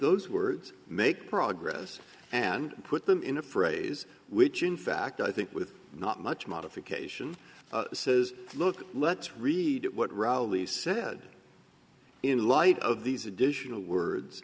those words make progress and put them in a phrase which in fact i think with not much modification says look let's read what reilly said in light of these additional words